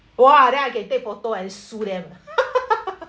!wah! then I can take photo and sue them